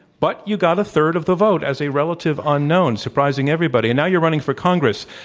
but you got a third of the vote as a relative unknown surprising everybody. and now you're running for congress.